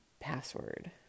password